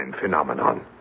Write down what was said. phenomenon